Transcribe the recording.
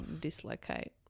Dislocate